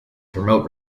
promote